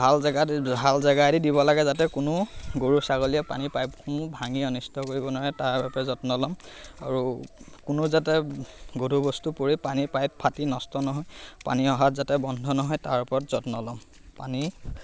ভাল জেগা দি ভাল জেগাইদি দিব লাগে যাতে কোনো গৰু ছাগলীয়ে পানী পাইপসমূহ ভাঙি অনিষ্ট কৰিব নোৱাৰে তাৰ বাবে যত্ন ল'ম আৰু কোনো যাতে গধুৰ বস্তু পৰি পানী পাইপ ফাটি নষ্ট নহয় পানী অহাত যাতে বন্ধ নহয় তাৰ ওপৰত যত্ন ল'ম পানী